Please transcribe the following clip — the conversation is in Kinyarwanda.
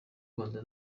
rwanda